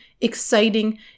exciting